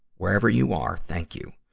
wherever you are, thank you.